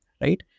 right